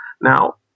Now